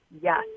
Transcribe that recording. yes